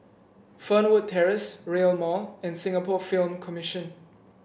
Fernwood Terrace Rail Mall and Singapore Film Commission